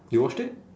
you watched it